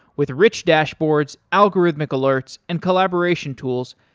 with rich dashboards, algorithmic alerts and collaboration tools,